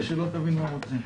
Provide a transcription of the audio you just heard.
כדי שלא תבין מה רוצים.